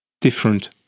different